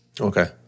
Okay